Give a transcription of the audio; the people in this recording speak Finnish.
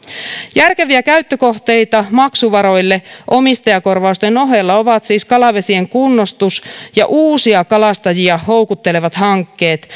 järkeviä käyttökohteita maksuvaroille omistajakorvausten ohella ovat siis kalavesien kunnostus ja uusia kalastajia houkuttelevat hankkeet